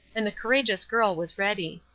and the courageous girl was ready.